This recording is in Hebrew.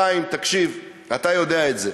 חיים, תקשיב, אתה יודע את זה: